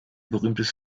berühmtes